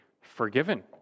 forgiven